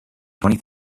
twenty